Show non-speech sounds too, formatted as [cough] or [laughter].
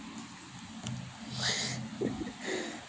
[laughs]